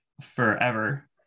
forever